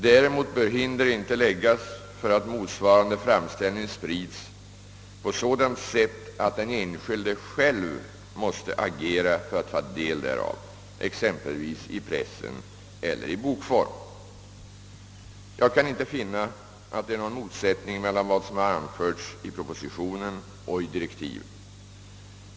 Däremot bör hinder inte läggas för att motsvarande framställning sprids på sådant sätt att den enskilde själv måste agera för att få ta del därav, exempelvis i pressen eller i bokform.» Jag kan inte finna att det är någon motsättning mellan vad som har anförts i propositionen och i direktiven.